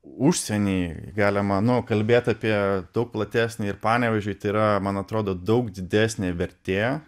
užsienį galima nu kalbėt apie daug platesnį ir panevėžiui tai yra man atrodo daug didesnė vertė